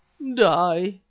die,